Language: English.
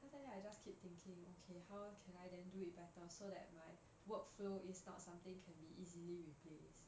sometimes I just keep thinking okay how can I then do it better so that my work flow is not something can be easily replaced